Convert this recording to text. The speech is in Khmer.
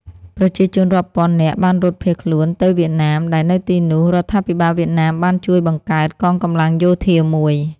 ប្រជាជនរាប់ពាន់នាក់បានរត់ភៀសខ្លួនទៅវៀតណាម ដែលនៅទីនោះ រដ្ឋាភិបាលវៀតណាមបានជួយបង្កើត កងកម្លាំងយោធាមួយ។